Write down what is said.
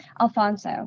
Alfonso